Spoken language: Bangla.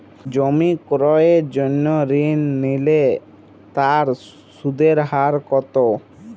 জমি ক্রয়ের জন্য ঋণ নিলে তার সুদের হার কতো?